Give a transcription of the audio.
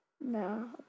No